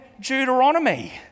Deuteronomy